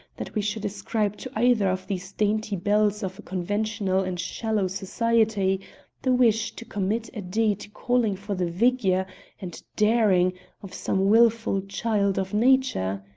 that we should ascribe to either of these dainty belles of a conventional and shallow society the wish to commit a deed calling for the vigor and daring of some wilful child of nature?